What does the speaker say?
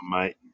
mate